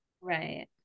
Right